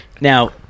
now